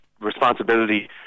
responsibility